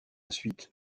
suite